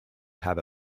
have